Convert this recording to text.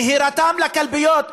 נהירתם לקלפיות,